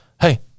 hey